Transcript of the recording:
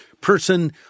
Person